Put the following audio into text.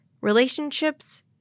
relationships